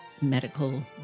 medical